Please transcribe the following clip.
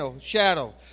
shadow